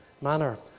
manner